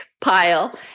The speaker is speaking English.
pile